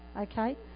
okay